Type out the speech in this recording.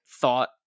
thought